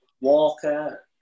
Walker